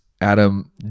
Adam